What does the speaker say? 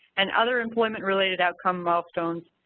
and, other employment related outcome milestones,